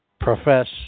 profess